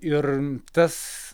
ir tas